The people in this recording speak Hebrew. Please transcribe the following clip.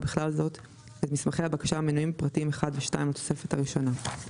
ובכלל זאת את מסמכי הבקשה המנויים בפרטים (1) ו-(2) לתוספת הראשונה.